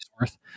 worth